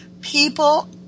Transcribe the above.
People